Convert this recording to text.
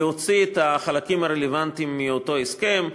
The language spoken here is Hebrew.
להוציא את החלקים הרלוונטיים מאותו הסכם.